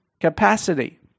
capacity